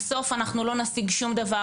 בסוף אנחנו לא נשיג שום דבר,